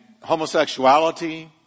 homosexuality